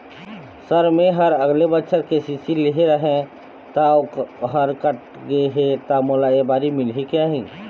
Sir मेहर अगले बछर के.सी.सी लेहे रहें ता ओहर कट गे हे ता मोला एबारी मिलही की नहीं?